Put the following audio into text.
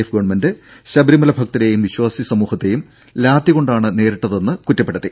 F government Sabarimala ഭക്തരെയും വിശ്വാസി സമൂഹത്തെയും ലാത്തികൊണ്ടാണ് നേരിട്ടതെന്ന് പ്രധാനമന്ത്രി കുറ്റപ്പെടുത്തി